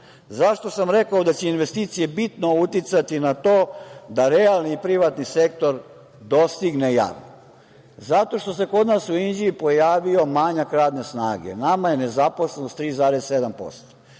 sam rekao da će investicije bitno uticati na to da realni i privatni sektor dostigne javni? Zato što se kod nas u Inđiji pojavio manjak radne snage. Nama je nezaposlenost 3,7%.